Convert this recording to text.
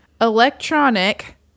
electronic